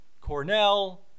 Cornell